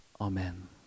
amen